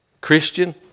Christian